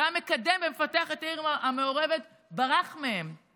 שהיה מקדם ומפתח את העיר המעורבת, ברח ממנה.